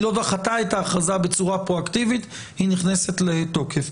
היא לא דחתה את ההכרזה בצורה פרו אקטיבית היא נכנסת לתוקף.